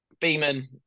Beeman